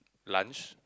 lunch